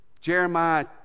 Jeremiah